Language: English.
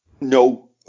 no